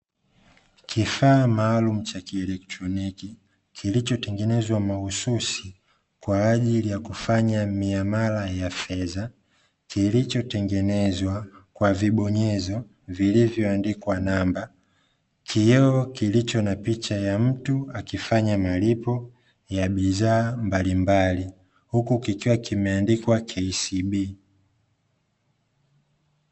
Kifaa maalumu cha kielectroniki kilichotengenezwa mahususi kwaajili ya kufanya miamala ya fedha, kilichotengenezwa kwa vibonyezo vilivyoandikwa namba, kioo kilicho na picha ya mtu akifanya malipo ya bidhaa mbalimbali huku kikiwa kimeandikwa taasisi ya fedha ya "KCB".